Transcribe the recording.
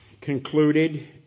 concluded